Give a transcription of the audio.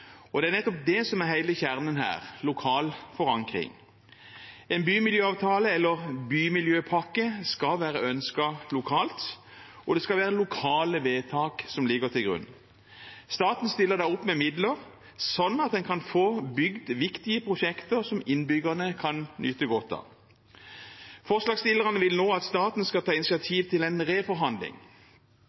Det er nettopp det som er hele kjernen her, lokal forankring. En bymiljøavtale eller bymiljøpakke skal være ønsket lokalt, og det skal være lokale vedtak som ligger til grunn. Staten stiller da opp med midler sånn at en kan få bygd viktige prosjekter som innbyggerne kan nyte godt av. Forslagsstillerne vil nå at staten skal ta initiativ til en reforhandling.